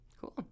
Cool